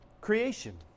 creation